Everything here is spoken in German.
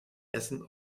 essen